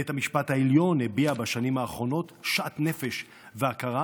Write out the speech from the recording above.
בית המשפט העליון הביע בשנים האחרונות שאט נפש והכרה